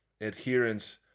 adherence